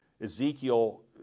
Ezekiel